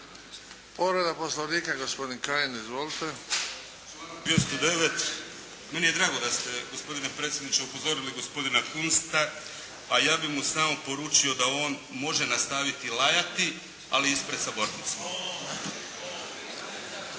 Povreda Poslovnika gospodin Kajin. **Kajin, Damir (IDS)** Članak 209. Meni je drago da ste gospodine predsjedniče upozorili gospodina Kunsta. A ja bi mu samo poručio da on može nastaviti lajati ali ispred sabornice.